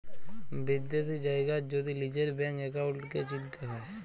বিদ্যাশি জায়গার যদি লিজের ব্যাংক একাউল্টকে চিলতে হ্যয়